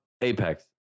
Apex